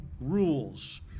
rules